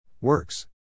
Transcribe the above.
Works